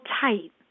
tight